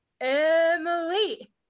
Emily